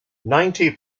ninety